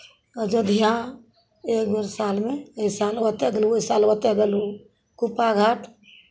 अयोध्या एक बेर सालमे एहि साल एतय गेलहुँ ओहि साल ओतय गेलहुँ कुप्पा घाट